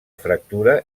fractura